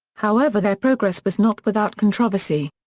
however their progress was not without controversy.